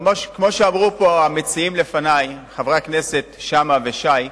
כמו שאמרו המציעים לפני, חברי הכנסת שאמה ושי,